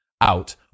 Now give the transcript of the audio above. out